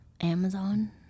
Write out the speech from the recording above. Amazon